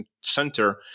center